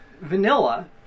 vanilla